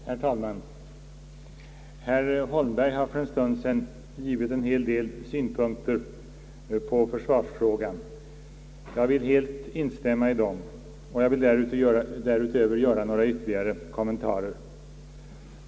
Herr talman! Herr Holmberg har för en stund sedan givit en hel del synpunkter på försvarsfrågan. Jag vill helt instämma i dem och därutöver göra några ytterligare kommentarer.